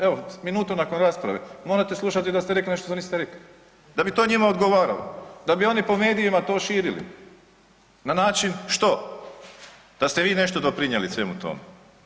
Evo minutu nakon rasprave morate slušati da ste rekli nešto što niste rekli, da bi to njima odgovaralo, da bi oni po medijima to širili na način što, da ste vi nešto doprinijeli svemu tome.